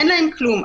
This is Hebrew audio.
הן להן כלום.